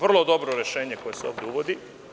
Vrlo dobro rešenje koje se ovde uvodi.